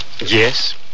yes